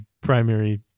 primary